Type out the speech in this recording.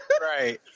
Right